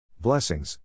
Blessings